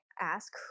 ask